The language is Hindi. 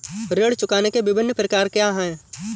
ऋण चुकाने के विभिन्न प्रकार क्या हैं?